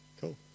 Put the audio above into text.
Cool